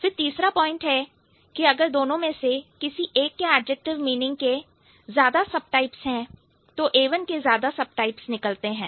फिर तीसरा पॉइंट है कि अगर दोनों में से किसी एक के एडजेक्टिव मीनिंग के ज्यादा सबटाइप्स है तो A1 के ज्यादा सबटाइप्स निकलते हैं